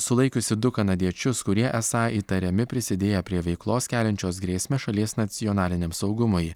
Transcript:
sulaikiusi du kanadiečius kurie esą įtariami prisidėję prie veiklos keliančios grėsmę šalies nacionaliniam saugumui